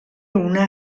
una